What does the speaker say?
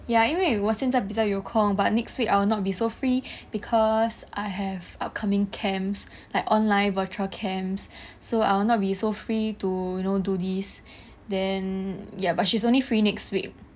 ya 因为我现在比较有空 but next week I will not be so free because I have upcoming camps like online virtual camps so I will not be so free to you know do this then ya but she's only free week